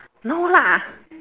no lah